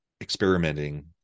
experimenting